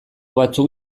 batzuk